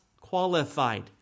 qualified